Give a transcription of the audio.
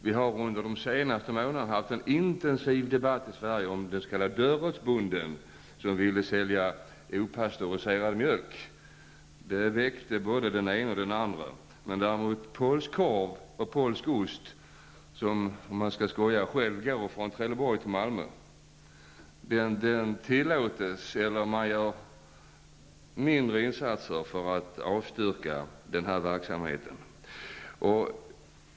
Vi har under de senaste månaderna haft en intensiv debatt om den s.k. Det väckte både den ena och den andra myndigheten. Men polsk korv och polsk ost som, om man skall skoja, själv går från Trelleborg till Malmö, görs det mindre insatser för att avstyra försäljningen av.